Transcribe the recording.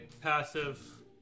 passive